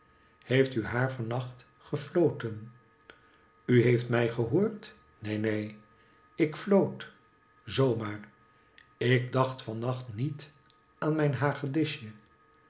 heeft u haar van nacht gefloten u heeft mij gehoord neen neen ik floot zoo maar ik dacht van nacht niet aan mijn